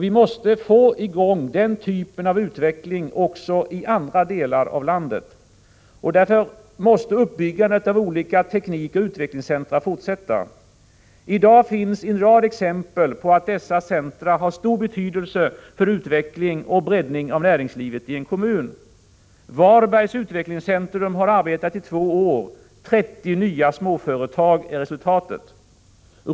Vi måste få i gång den typen av utveckling också i andra delar av landet. Därför måste uppbyggandet av olika teknikoch utvecklingscentra fortsätta. I dag finns en rad exempel på att dessa centra har stor betydelse för utveckling och breddning av näringslivet i en kommun. Varbergs utvecklingscentrum har arbetat i två år. 30 nya småföretag är resultatet.